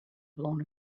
blown